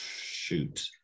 shoot